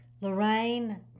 Lorraine